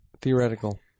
Theoretical